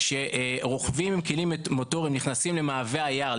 כשרוכבים עם כלים מוטוריים נכנסים למעבה היער,